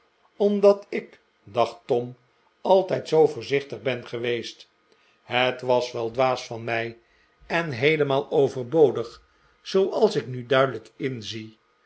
omdat ik dacht tom altijd zoo voorzichtig ben geweest het was wel dwaas van mij en heelemaal overbodig zooals ik nu duidelijk inzie